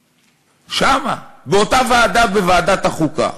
שם, באותה ועדה, ועדת החוקה.